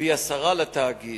ופי-עשרה לתאגיד.